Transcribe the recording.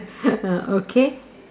okay